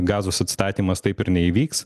gazos atstatymas taip ir neįvyks